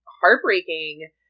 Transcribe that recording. heartbreaking